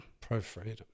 Pro-freedom